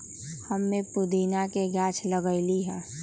हम्मे पुदीना के गाछ लगईली है